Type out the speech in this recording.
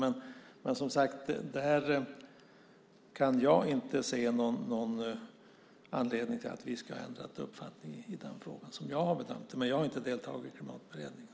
Men jag kan, som sagt, inte se någon anledning till att vi skulle ha ändrat uppfattning i frågan - som jag har bedömt det. Jag har dock inte deltagit i Klimatberedningen.